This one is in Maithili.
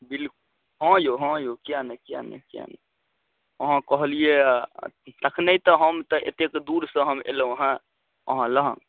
बिल हँ यौ हँ यौ किआ नहि किआ नहि किआ नहि अहाँ कहलियै यऽ तखने तऽ हम तऽ एतेक दूरसँ हम अयलहुँ हँ अहाँ लग